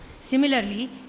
Similarly